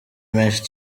menshi